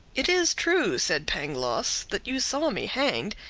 it is true, said pangloss, that you saw me hanged.